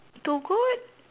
two goat